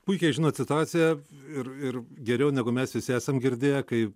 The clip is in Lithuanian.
puikiai žinot situaciją ir ir geriau negu mes visi esam girdėję kai